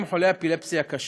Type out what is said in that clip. ובהם חולי אפילפסיה קשה.